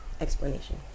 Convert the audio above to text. explanation